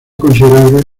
considerable